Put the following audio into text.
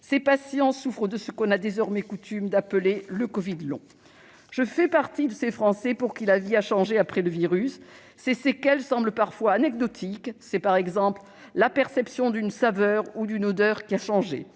Ces patients souffrent de ce que l'on a désormais coutume d'appeler le covid long. Je fais partie de ces Français pour qui la vie a changé après le virus. Ces séquelles semblent parfois anecdotiques : c'est, par exemple, la perception d'une saveur ou d'une odeur qui a changé,